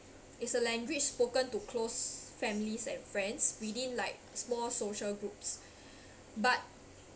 is a language spoken to close families and friends within like small social groups but